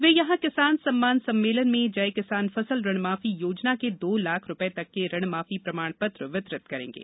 वे यहां किसान सम्मान सम्मेलन में जय किसान फसल ऋण माफी योजना के दो लाख रूपये तक के ऋण माफी प्रमाण पत्र वितरित करेंगे